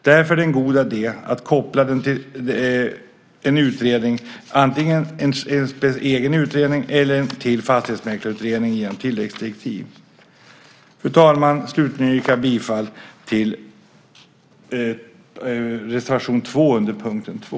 Därför är det en god idé att göra detta till en egen utredning eller att koppla den till fastighetsmäklarutredningen genom tilläggsdirektiv. Fru talman! Slutligen yrkar jag bifall till reservation 2 under punkt 2.